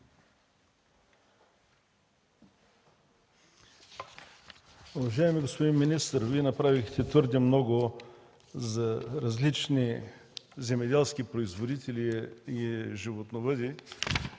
Уважаеми господин министър, Вие направихте твърде много за различни земеделски производители и животновъди,